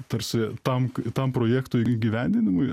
tarsi tam tam projektui įgyvendinimui